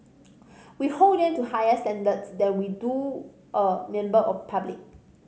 we hold them to higher standards than we do a member of public